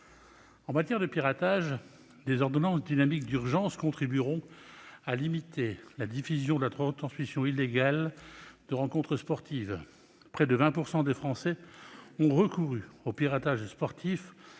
En matière de piratage, des ordonnances dynamiques d'urgence contribueront à limiter la diffusion de la retransmission illégale de rencontres sportives. Près de 20 % des Français ont recouru au piratage sportif